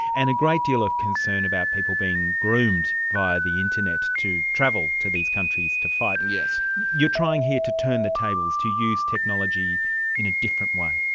and a great deal of concern about people being groomed via the internet to travel to these countries to fight. and you are trying here to turn the tables, to use technology in a different way.